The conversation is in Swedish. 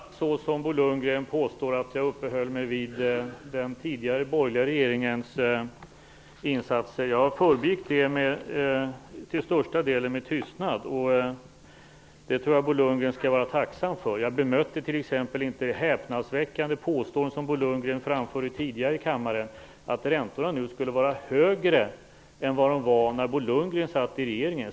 Herr talman! Det är inte alls så som Bo Lundgren påstår att jag uppehöll mig vid den tidigare borgerliga regeringens insatser. Jag förbigick det till största delen med tystnad. Det tror jag att Bo Lundgren skall vara tacksam för. Jag bemötte t.ex. inte det häpnadsväckande påstående som Bo Lundgren framförde tidigare i kammaren att räntorna nu skulle vara högre än vad de var när Bo Lundgren satt i regeringen.